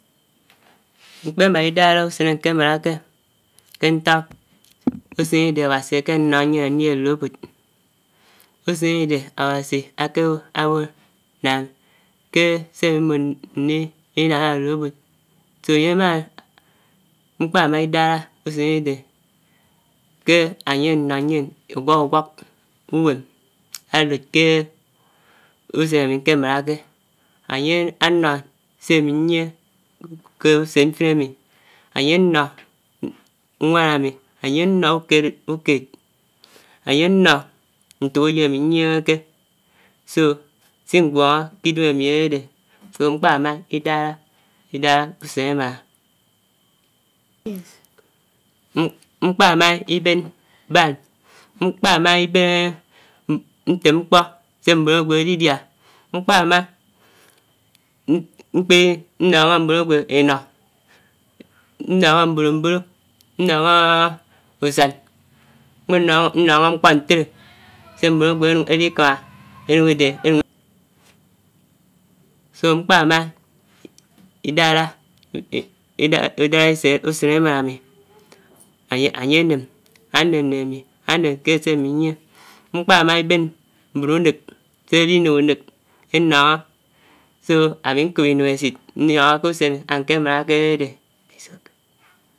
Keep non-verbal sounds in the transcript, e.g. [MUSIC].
Mkpènà idàrà usèn nkè mánákè kè ntàk usèn idè ábási ákè nnò nyén ndi ádòlòbòt, usèn idè ábási ákè bò nà kè sè ámi mbò ndi nàm ádòlòbò so ányè ànà mkpà mà idarà usèn idè kè ányè ánnò nyèn uwàk-uwàk uwèn ádè k'usèn ámi nkè mànákè ányè ánnò sè ámi niè kè usèn mfin ámi ányè ánnò nwàn ámi ányè ánnò ukèd ukèd ányè ánnò ntòkáyèn ámi nièhèkè so singwòhò k'idèm ámi ádèdè so mkoá má idárá idárá usèn émáná [HESITATION] mkpá má ibèn band mkpá má ibèn ntèm mkpò sè mbòn ágwò èdi dià, mkoà mà mkpè nòngò mbòn ágwò énò nnòngò bòlòmbòlò nòngò usàn mkpè nòngò mkpò ntèdè sè mbòn ágwò ènuk èdikàmà [UNINTELLIGIBLE] [NOISE] so mkpà mà idárá, idárá idárá isèn usèn èmànà ámi ányè ánèm mè ámi ánèm kè sè ámi niè mkpá má ibèn mbòn unèk sè èsibnèk unèk éno so ámi nkòb inèmesit nliòngò kè usèn ánkè mànàkè ádèdè